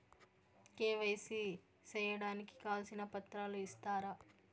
KYC సేయడానికి కావాల్సిన పత్రాలు ఇస్తారా?